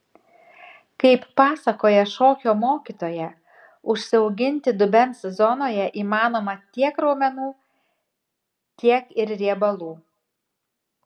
kaip pasakoja šokio mokytoja užsiauginti dubens zonoje įmanoma tiek raumenų tiek ir riebalų